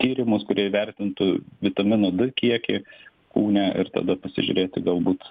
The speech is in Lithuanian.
tyrimus kurie įvertintų vitamino d kiekį kūne ir tada pasižiūrėti galbūt